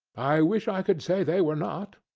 i wish i could say they were not.